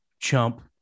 chump